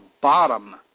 bottom